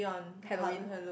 Halloween